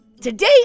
Today